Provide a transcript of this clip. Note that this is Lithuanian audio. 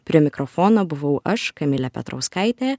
prie mikrofono buvau aš kamilė petrauskaitė